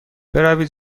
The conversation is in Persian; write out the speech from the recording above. بروید